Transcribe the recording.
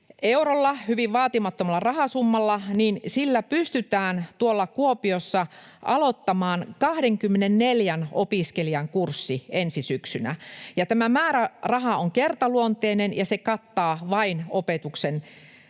eurolla, hyvin vaatimattomalla rahasummalla, pystytään tuolla Kuopiossa aloittamaan 24 opiskelijan kurssi ensi syksynä ja tämä määräraha on kertaluonteinen ja kattaa vain opetuksen